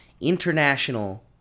international